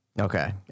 Okay